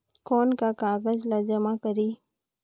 कौन का कागज ला जमा करी?